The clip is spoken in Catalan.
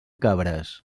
cabres